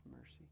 mercy